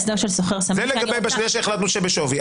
זה לגבי בשנייה שהחלטנו שבשווי.